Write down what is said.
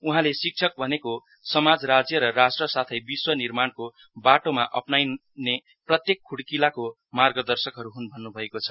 उहाँले शिक्षक भनेको समाज राज्य र राष्ट्र साथै विश्व निर्माणको बाटोमा अप्राइने पर्ने प्रत्येक खुडकिलोका मार्गदर्शकहरू हुन् भन्नु भएको छ